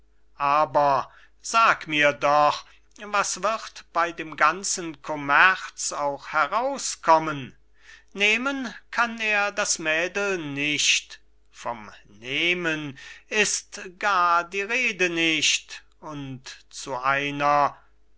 aber sag mir doch was wird bei dem ganzen commerz auch herauskommen nehmen kann er das mädel nicht vom nehmen ist gar die rede nicht und zu einer daß